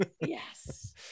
Yes